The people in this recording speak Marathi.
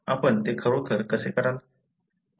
आपण ते खरोखर कसे कराल